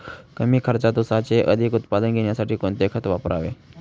कमी खर्चात ऊसाचे अधिक उत्पादन घेण्यासाठी कोणते खत वापरावे?